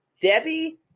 Debbie